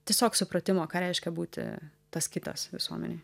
tiesiog supratimo ką reiškia būti tas kitas visuomenėj